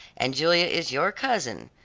and julia is your cousin,